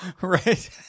Right